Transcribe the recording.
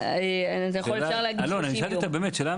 אלון, אני שאלתי אותה באמת שאלה אמיתית.